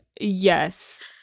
Yes